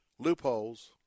Loopholes